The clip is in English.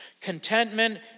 Contentment